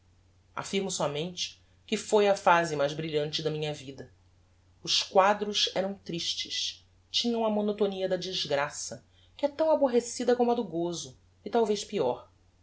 affirmo sómente que foi a phase mais brilhante da minha vida os quadros eram tristes tinham a monotonia da desgraça que é tão aborrecida como a do gozo e talvez peor